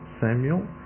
Samuel